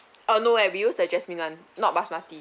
uh no abuse the jasmine one not basmati